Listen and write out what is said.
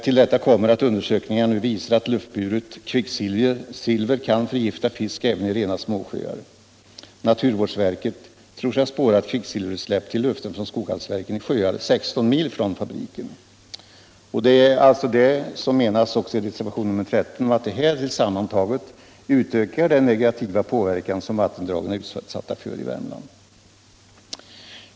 Till detta kommer att undersökningen visar att luftburet kvicksilver kan förgifta fisk även i rena småsjöar. Naturvårdsverket tror sig ha spårat kvicksilverutsläpp till luften från Skoghallsverken i sjöar 16 mil från fabriken. Det är det som menas med det som sägs i reservationen 13 — att dessa saker tillsammantagna utökar den negativa påverkan som vattendragen i Värmland är utsatta för.